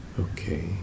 Okay